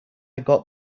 got